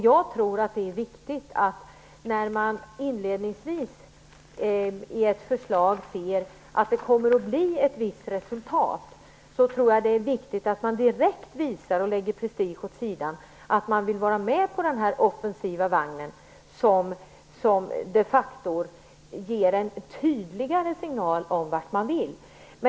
Jag tror att det är viktigt att man, när man inledningsvis i ett förslag ser att det kommer att bli ett visst resultat, lägger prestigen åt sidan och direkt visar att man vill vara med på den offensiva vagnen. Det ger de facto en tydligare signal om vart man vill.